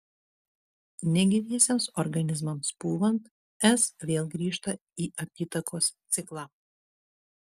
negyviesiems organizmams pūvant s vėl grįžta į apytakos ciklą